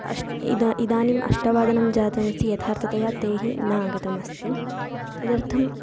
अष्ट इदम् इदानीम् अष्टवादनं जातमस्ति यथार्थतया ते न आगतमस्ति तदर्थं